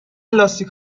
لاستیک